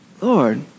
Lord